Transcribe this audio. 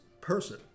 person